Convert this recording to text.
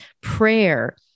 prayer